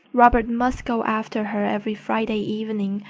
robert must go after her every friday evening,